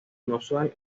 inusual